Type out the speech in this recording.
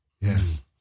Yes